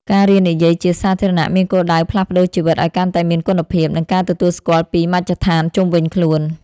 ការរៀននិយាយជាសាធារណៈមានគោលដៅផ្លាស់ប្តូរជីវិតឱ្យកាន់តែមានគុណភាព និងការទទួលស្គាល់ពីមជ្ឈដ្ឋានជុំវិញខ្លួន។